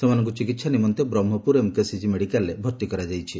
ସେମାନଙ୍କୁ ଚିକିହା ନିମନ୍ତେ ବ୍ରହ୍କପୁର ଏମକେସିଜି ମେଡିକାଲରେ ଭର୍ତି କରାଯାଇଛି